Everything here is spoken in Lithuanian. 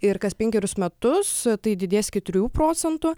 ir kas penkerius metus tai didės iki trijų procentų